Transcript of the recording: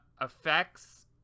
effects